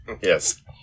Yes